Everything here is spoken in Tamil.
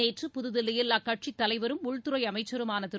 நேற்று புதுதில்லியில் அக்கட்சியின் தலைவரும் உள்துறை அமைச்சருமான திரு